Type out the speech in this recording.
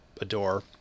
adore